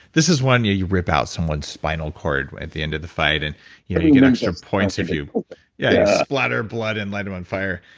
this is one, you you rip out someone's spinal cord at the end of the fight, and you know you get extra points if you yeah. you splatter blood and light them on fire.